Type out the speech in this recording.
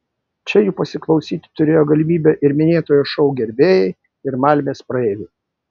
čia jų pasiklausyti turėjo galimybę ir minėtojo šou gerbėjai ir malmės praeiviai